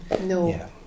No